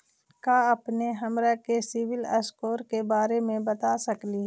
का अपने हमरा के सिबिल स्कोर के बारे मे बता सकली हे?